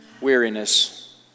weariness